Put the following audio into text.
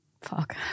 fuck